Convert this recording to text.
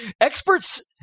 experts